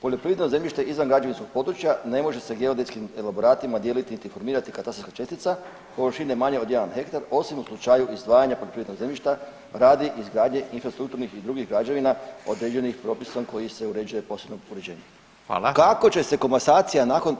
„Poljoprivredno zemljište izvan građevinskog područja ne može se geodetskim elaboratima dijeliti niti formirati katastarska čestica površine manje od 1 hektar osim u slučaju izdvajanja poljoprivrednog zemljišta radi izgradnje infrastrukturnih i drugih građevina određenih propisom koji se uređuje posebnim … [[ne razumije se]] „ Kako će se komasacija nakon